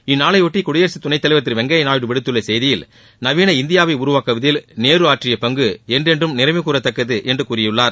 இந்நாளையொட்டி குடியரசு துணைத்தலைவா் திரு வெங்கையா நாயுடு விடுத்துள்ள செய்தியில் நவீன இந்தியாவை உருவாக்குவதில் நேரு ஆற்றிய பங்கு என்றென்றும் நினைவுகூறத்தக்கது என்று கூறியுள்ளார்